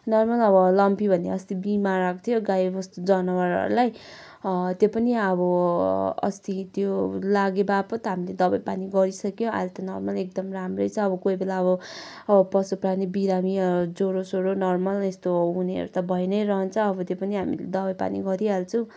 normal अब lumpy भन्ने अस्ति बिमार आएको थियो गाईबस्तु जनावरहरूलाई त्यो पनि अब अस्ति त्यो लागे वापत हामीले दबाईपानी गरिसक्यौँ अहिले त नर्मल एकदम राम्रै छ अब कोही बेला अब अब पशुप्राणी बिरामी ज्वरोसोरो नर्मल यस्तो हुनेहरू त भइनै रहन्छ अब त्यो पनि हामीले दबाईपानी गरिहाल्छौँ